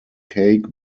cake